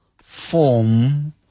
form